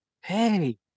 Hey